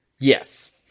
yes